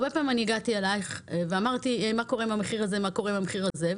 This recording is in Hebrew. הרבה פעמים הגעתי אלייך ושאלתי מה קורה עם המחיר הזה או המחיר הזה,